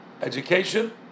education